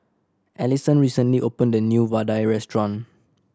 Alisson recently opened a new vadai restaurant